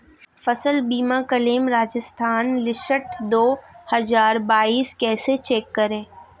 फसल बीमा claim Rajasthan list दो हज़ार बाईस कैसे चेक करें?